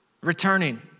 returning